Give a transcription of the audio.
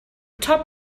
top